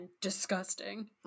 disgusting